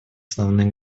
основных